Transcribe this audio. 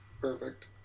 perfect